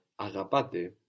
agapate